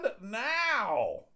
now